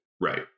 Right